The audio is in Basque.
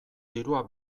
dirua